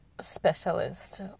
specialist